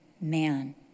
man